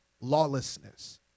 lawlessness